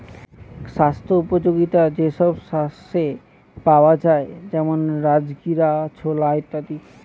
স্বাস্থ্য উপযোগিতা যে সব শস্যে পাওয়া যায় যেমন রাজগীরা, ছোলা ইত্যাদি